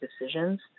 decisions